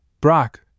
Brock